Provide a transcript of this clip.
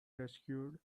rescued